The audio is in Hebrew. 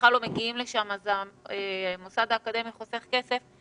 בכלל לא מגיעים לשם אז המוסד האקדמי חוסך כסף,